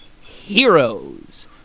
heroes